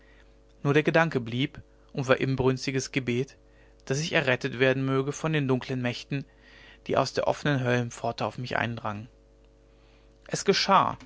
nur der gedanke blieb und war inbrünstiges gebet daß ich errettet werden möge von den dunklen mächten die aus der offenen höllenpforte auf mich eindrangen es geschah